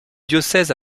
diocèse